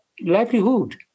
livelihood